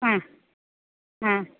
ആ ആ